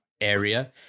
area